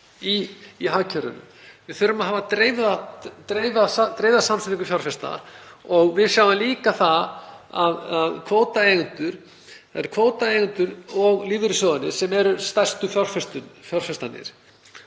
í hagkerfinu. Við þurfum að hafa dreifða samsetningu fjárfesta og við sjáum líka að það eru kvótaeigendur og lífeyrissjóðirnir sem eru stærstu fjárfestarnir